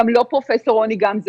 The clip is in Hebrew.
גם לא פרופ' רוני גמזו,